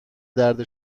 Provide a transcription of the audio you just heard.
درد